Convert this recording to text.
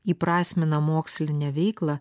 įprasmina mokslinę veiklą